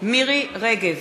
מירי רגב,